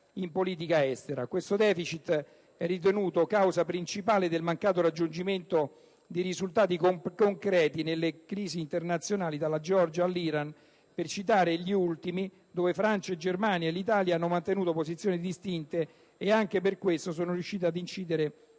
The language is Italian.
Tale deficit è ritenuto causa principale del mancato raggiungimento di risultati concreti nelle crisi internazionali, dalla Georgia all'Iran, per citare l'ultima, dove Francia, Germania e Italia hanno mantenuto posizioni distinte e anche per questo sono riuscite ad incidere